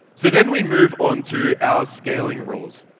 so then we move on to our scaling rules.